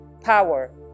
power